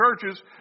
churches